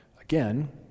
again